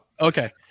Okay